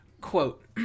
quote